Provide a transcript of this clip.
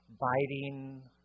biting